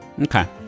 Okay